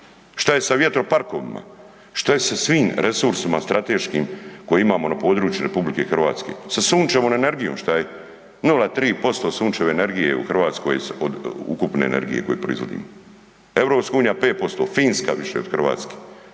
Šta je sa vjetroparkovima? Šta je sa svim resursima strateškim koje imamo na području RH? Sa sunčevom energijom šta je? 0,3% sunčeve energije je u Hrvatskoj od ukupne energije koju proizvodimo, EU 5%, Finska više od Hrvatske,